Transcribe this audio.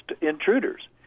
intruders